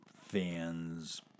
fans